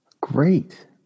great